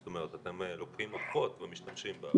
זאת אומרת אתם לוקחים אחות ומשתמשים בה.